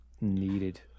needed